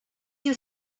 you